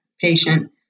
patient